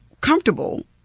comfortable